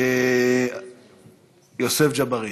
יוסף ג'בארין.